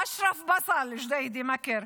אשרף בסל מג'דיידה-מכר,